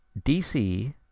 DC